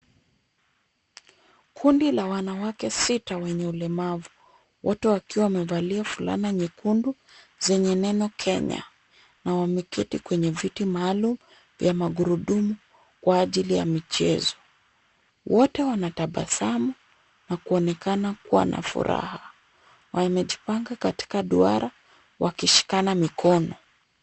Kundi la wanawake sita wenye ulemavu. Wote wakiwa wamevalia fulana nyekundu zenye neno, Kenya, na wameketi kwenye viti maalum vya magurudumu kwa ajili ya michezo. Wote wanatabasamu na kuonekana kuwa na furaha. Wamejipanga katika duara wakishikana mikono.